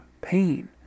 pain